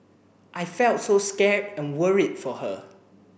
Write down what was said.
I felt so scared and worried for her